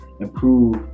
improve